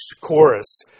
chorus